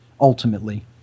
ultimately